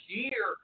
year